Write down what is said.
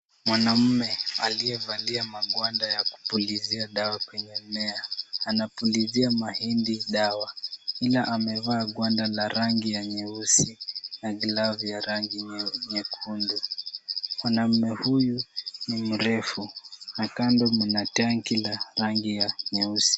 Mwanaume aliyevalia magwanda ya kupulizia dawa kwenye mmea anapulizia mahindi dawa. Ila amevaa gwanda la rangi ya nyeusi na glavu ya rangi nyekundu. Mwanaume huyu ni mrefu na kando mna tanki la rangi ya nyeusi.